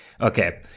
Okay